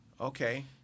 okay